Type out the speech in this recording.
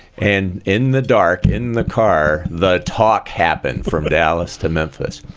and in the dark, in the car, the talk happened from dallas to memphis.